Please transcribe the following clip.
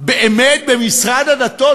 באמת במשרד הדתות?